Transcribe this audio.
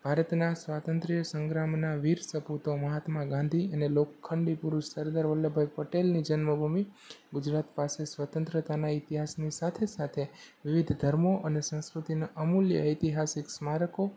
ભારતના સ્વાતંત્ર્ય સંગ્રામના વીર સપૂતો મહાત્મા ગાંધી અને લોખંડી પુરુષ સરદાર વલ્લભભાઈ પટેલની જન્મ ભૂમિ ગુજરાત પાસે સ્વતંત્રતાના ઇતિહાસની સાથે સાથે વિવિધ ધર્મો અને સંસ્કૃતિનાં અમૂલ્ય ઐતિહાસિક સ્મારકો